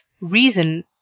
reason